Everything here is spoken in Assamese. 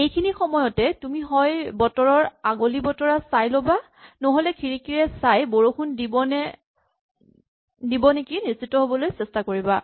এইখিনি সময়তে তুমি হয় বতৰৰ আগলি বতৰা চাই ল'বা নহ'লে খিৰিকীৰে চাই বৰষুণ দিব নেকি নিশ্চিত হ'বলৈ চেষ্টা কৰিবা